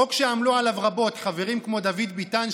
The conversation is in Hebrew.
זה חוק שעמלו עליו רבות חברים כמו דוד ביטן,